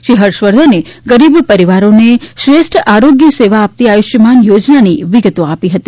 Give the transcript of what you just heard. શ્રી હર્ષવર્ધને ગરીબ પરિવારોને શ્રેષ્ઠ આરોગ્ય સેવા આપતી આયુષ્યમાન યોજનાની વિગતો આપી હતી